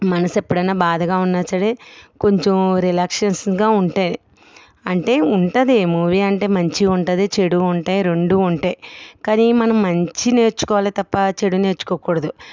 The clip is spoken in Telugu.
మనసు ఎప్పుడైనా బాధగా ఉన్నా సరే కొంచెం రిలాక్సేషన్గా ఉంటే అంటే ఉంటుంది మూవీ అంటే మంచి ఉంటుంది చెడు ఉంటాయి రెండు ఉంటాయి కానీ మనం మంచి నేర్చుకోవాలి తప్ప చెడు నేర్చుకోకూడదు